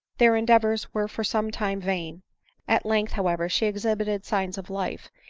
their endeavors were for some time vain at length, however, she exhibited signs of life,